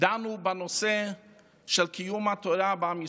דנו בנושא של קיום התורה בעם ישראל.